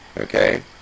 okay